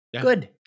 Good